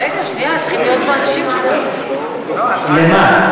רגע, שנייה, צריכים להיות פה אנשים, לא, למה?